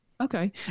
Okay